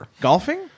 Golfing